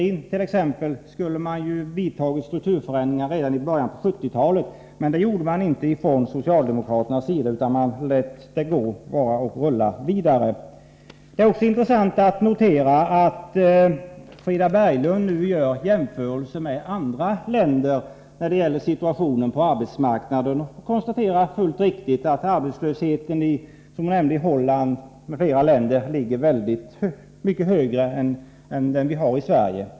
Inom t. ex varvsindustrin borde man ha vidtagit strukturförändringar redan i början på 1970-talet, men det gjorde man inte från socialdemokraternas sida utan lät det hela rulla vidare. Det är också intressant att notera att Frida Berglund nu gör jämförelser med andra länder när det gäller situationen på arbetsmarknaden. Hon konstaterar fullt riktigt att arbetslösheten i Holland m.fl. länder är mycket högre än i Sverige.